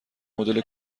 مدل